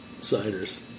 ciders